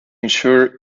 ensure